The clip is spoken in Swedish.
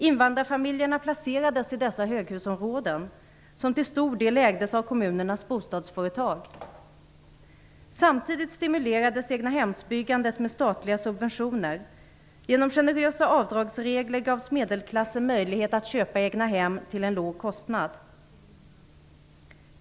Invandrarfamiljerna placerades i dessa höghusområden, som till stor del ägdes av kommunernas bostadsföretag. Samtidigt stimulerades egnahemsbyggandet med statliga subventioner. Genom generösa avdragsregler gavs medelklassen möjlighet att köpa egnahem till en låg kostnad.